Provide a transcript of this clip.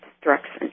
destruction